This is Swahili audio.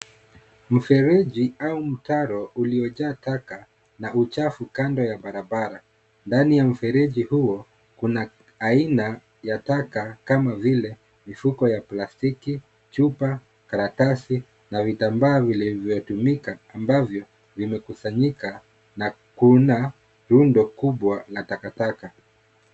Mifereji au mtaro uliojaa taka na uchafu kando ya barabara, ndani ya mferiji huu kuna aina ya taka kama vile mifuko ya plasitiki, chupa, karatasi na vitambaa vile vinatumika ambavyo vkusanyika na kuunda rundo kubwa la takataka.